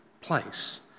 place